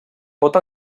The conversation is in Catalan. pot